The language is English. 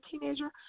teenager